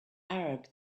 arab